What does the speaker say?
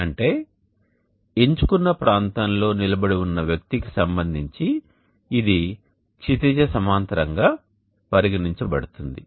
అంటే ఎంచుకున్న ప్రాంతంలో నిలబడి ఉన్న వ్యక్తికి సంబంధించి ఇది క్షితిజ సమాంతరంగా పరిగణించబడుతుంది